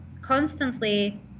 constantly